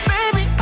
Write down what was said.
Baby